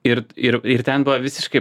ir ir ir ten buvo visiškai